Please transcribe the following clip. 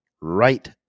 right